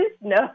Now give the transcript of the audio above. no